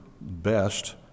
best